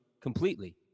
completely